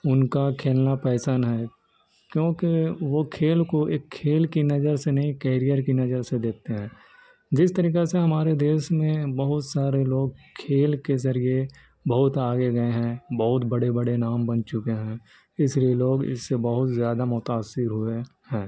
ان کا کھیلنا پیسان نہ ہے کیونکہ وہ کھیل کو ایک کھیل کی نظر سے نہیں کیریئر کی نظر سے دیکھتے ہیں جس طریقہ سے ہمارے دیس میں بہت سارے لوگ کھیل کے ذریعے بہت آگے گئے ہیں بہت بڑے بڑے نام بن چکے ہیں اس لیے لوگ اس سے بہت زیادہ متاثر ہوئے ہیں